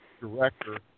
director